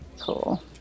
Cool